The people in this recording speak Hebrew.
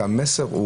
שהמסר,